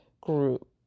Group